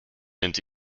into